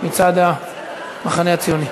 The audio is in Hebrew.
מצד המחנה הציוני.